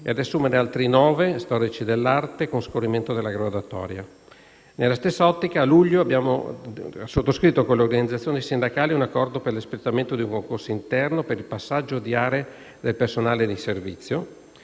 e ad assumerne altri 9 (storici dell'arte) con scorrimento della graduatoria. Nella stessa ottica, a luglio, abbiamo sottoscritto con le organizzazioni sindacali un accordo per l'espletamento di un concorso interno per il passaggio di area del personale in servizio.